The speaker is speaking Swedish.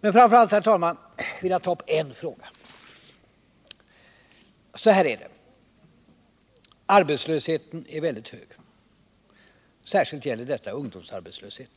Men framför allt, herr talman, vill jag ta upp en fråga. Arbetslösheten är mycket hög, särskilt ungdomsarbetslösheten.